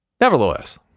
Nevertheless